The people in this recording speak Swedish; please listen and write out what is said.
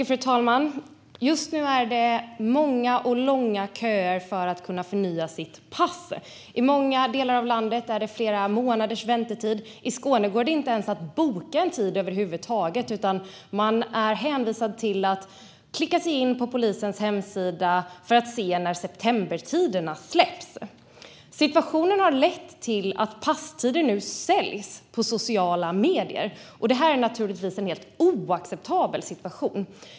Fru talman! Just nu är det många och långa köer för att förnya sitt pass. I många delar av landet är det flera månaders väntetid. I Skåne går det inte ens att boka en tid över huvud taget, utan man är hänvisad till att klicka in sig på polisens hemsida för att se när septembertiderna släpps. Situationen har lett till att passtider säljs på sociala medier, och det här är naturligtvis en helt oacceptabel situation.